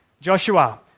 Joshua